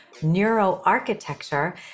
neuroarchitecture